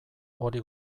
hori